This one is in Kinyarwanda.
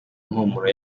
impumuro